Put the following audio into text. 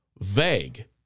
vague